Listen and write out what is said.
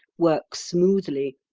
work smoothly,